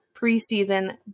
preseason